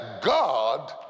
God